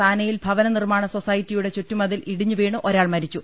താനെയിൽ ഭവനനിർമ്മാണ സൊസൈ റ്റിയുടെ ചുറ്റുമതിൽ ഇടിഞ്ഞുവീണ് ഒരാൾ മരിച്ചു